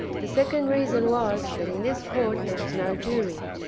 the second reason was, that in this court there was no jury.